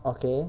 okay